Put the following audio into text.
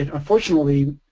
and unfortunately